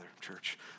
church